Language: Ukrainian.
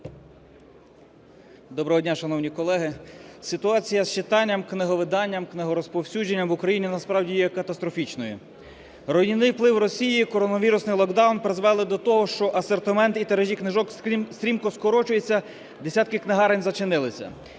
Доброго дня, шановні колеги! Ситуація з читанням, книговиданням, книгорозповсюдженням в Україні насправді є катастрофічною. Руйнівний вплив Росії, коронавірусний локдаун призвели до того, що асортимент і тиражі книжок стрімко скорочуються, десятки книгарень зачинилися.